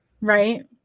Right